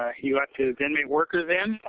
ah he lets his inmate workers in.